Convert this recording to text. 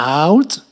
out